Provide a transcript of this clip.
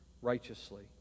Righteously